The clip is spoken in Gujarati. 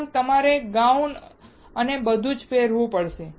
ઉપરાંત તમારે ગાઉન અને બધું જ પહેરવું પડશે